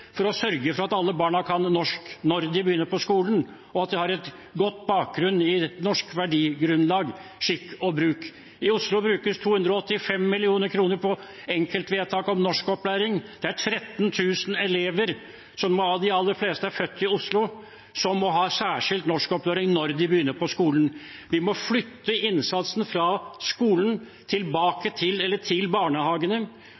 for å sørge for at alle barn kan norsk når de begynner på skolen, og at de har en god bakgrunn i det norske verdigrunnlaget og i skikk og bruk. I Oslo brukes det 285 mill. kr på enkeltvedtak om norskopplæring. Det er 13 000 elever, hvorav de aller fleste er født i Oslo, som må ha særskilt norskopplæring når de begynner på skolen. Vi må flytte innsatsen fra skolen